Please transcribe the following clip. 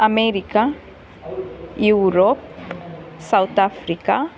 America Europe South Africa